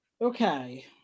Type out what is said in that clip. Okay